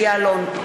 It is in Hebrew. משה יעלון,